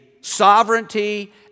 sovereignty